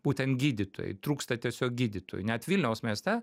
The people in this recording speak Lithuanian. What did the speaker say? būtent gydytojai trūksta tiesiog gydytojų net vilniaus mieste